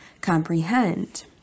comprehend